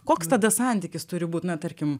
koks tada santykis turi būt na tarkim